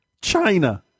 China